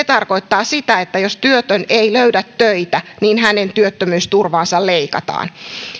tarkoittaa sitä että jos työtön ei löydä töitä hänen työttömyysturvaansa leikataan